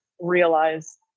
realize